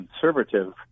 conservative